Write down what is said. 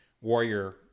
warrior